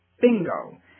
bingo